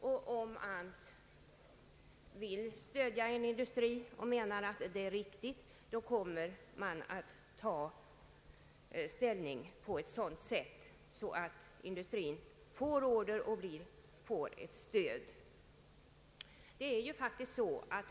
Om AMS vill stödja en industri och anser det vara riktigt kommer man altså att se till att industrin i fråga får statliga beställningar som ett stöd.